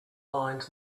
lines